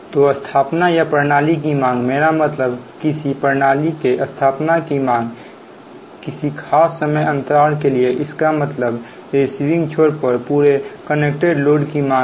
तो स्थापना या प्रणाली की मांग मेरा मतलब किसी प्रणाली के स्थापना की मांग किसी खास समय अंतराल के लिए इसका मतलब रिसीविंग छोर पर पूरे कनेक्टेड लोड की मांग है